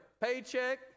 paycheck